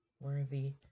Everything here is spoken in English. worthy